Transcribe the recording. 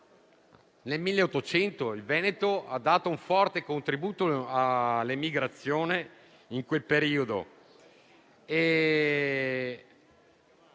(il Veneto ha dato un forte contributo all'emigrazione in quel periodo).